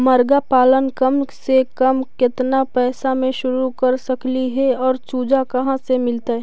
मरगा पालन कम से कम केतना पैसा में शुरू कर सकली हे और चुजा कहा से मिलतै?